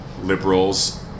liberals